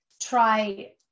try